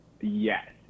Yes